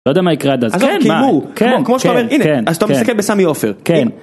לא יודע מה יקרה, אז כן, מה, כמו שאתה אומר, הנה, אז אתה מסתכל בסמי עופר, כן.